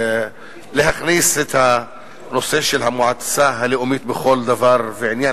להכניס את הנושא של המועצה הלאומית בכל דבר ועניין,